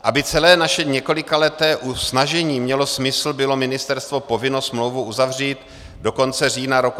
Aby celé naše několikaleté snažení mělo smysl, bylo ministerstvo povinno smlouvu uzavřít do konce října roku 2018.